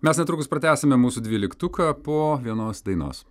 mes netrukus pratęsime mūsų dvyliktuką po vienos dainos